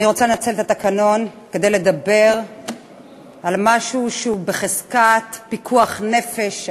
אני רוצה לנצל את התקנון כדי לדבר על משהו שהוא בחזקת פיקוח נפש,